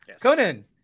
Conan